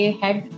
head